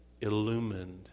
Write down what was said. Illumined